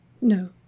No